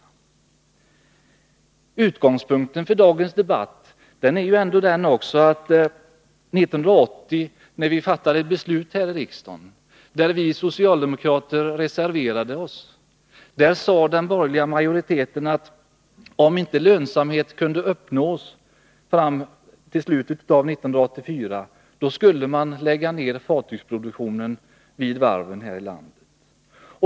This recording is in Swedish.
En utgångspunkt för dagens debatt är ändå det beslut som riksdagen fattade 1980, när vi socialdemokrater reserverade oss. Då sade den borgerliga majoriteten att om inte lönsamhet kunde uppnås till slutet av 1984, skulle man lägga ner fartygsproduktionen vid varven här i landet.